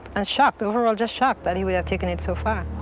and shocked, overall just shocked that he would have taken it so far.